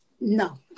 No